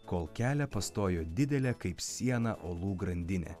kol kelią pastojo didelė kaip siena uolų grandinė